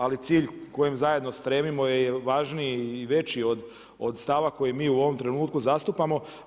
Ali cilj kojem zajedno stremimo je važniji i veći od stava koji mi u ovom trenutku zastupamo.